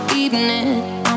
evening